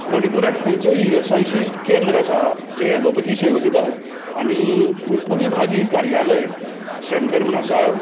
मणिपूरांत खंयचेय E S I C केंद्र आसा जे ॲलोपथी सेवा दितात आनी उपविभागीय कार्यालय सेंटर म्हूण आसा